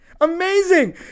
Amazing